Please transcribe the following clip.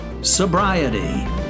Sobriety